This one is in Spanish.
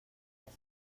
las